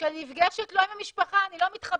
כשאני נפגשת לא עם המשפחה אני לא מתחבקת.